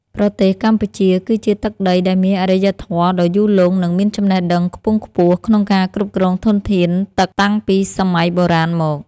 ប្រទេសកម្ពុជា គឺជាទឹកដីដែលមានអរិយធម៌ដ៏យូរលង់ និងមានចំណេះដឹងខ្ពង់ខ្ពស់ក្នុងការគ្រប់គ្រងធនធានទឹកតាំងពីសម័យបុរាណមក។